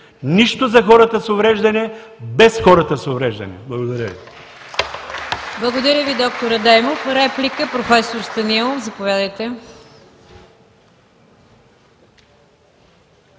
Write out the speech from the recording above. нищо за хората с увреждания без хората с увреждания. Благодаря Ви.